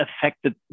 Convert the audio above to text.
affected